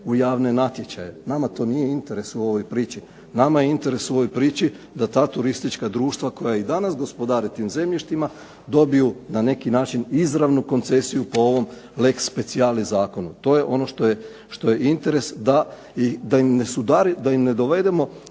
u javne natječaje. Nama to nije interes u ovoj priči. Nama je interes u ovoj priči da ta turistička društva koja i danas gospodare tim zemljištima dobiju na neki način izravnu koncesiju po ovom lex specialis zakonu. To je ono što je interes da im ne dovedemo